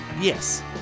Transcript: Yes